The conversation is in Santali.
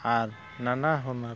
ᱟᱨ ᱱᱟᱱᱟ ᱦᱩᱱᱟᱹᱨ